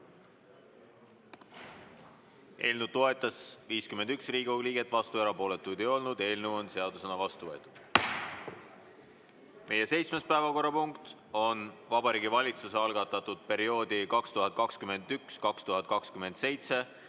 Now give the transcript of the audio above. Eelnõu toetas 51 Riigikogu liiget, vastuolijaid ja erapooletuid ei olnud. Eelnõu on seadusena vastu võetud. Meie seitsmes päevakorrapunkt on Vabariigi Valitsuse algatatud perioodi 2021–2027